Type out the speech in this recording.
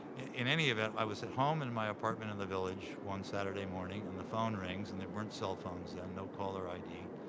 in any event, i was at home and in my apartment in the village one saturday morning, and the phone rings. and there weren't cell phones then. and no caller id.